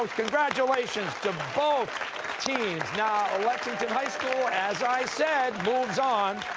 congratulations to both teams. now, lexington high school, as i said, moves on,